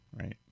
right